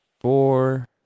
four